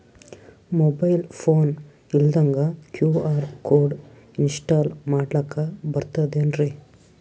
Mobile phone ಇಲ್ದಂಗ QR code install ಮಾಡ್ಲಕ ಬರ್ತದೇನ್ರಿ?